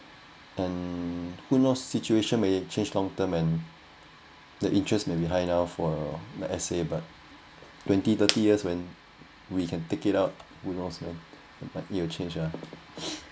and who know situation may change long term and the interest may be high now for my essay but twenty thirty years when we can take it out it will change ah